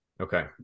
okay